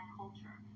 culture